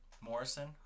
Morrison